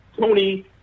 tony